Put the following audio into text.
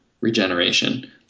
regeneration